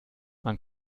man